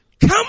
come